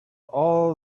all